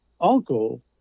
uncle